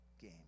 game